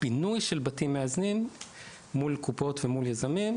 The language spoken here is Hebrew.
בינוי של בתים מאזנים מול הקופות ומול יזמים,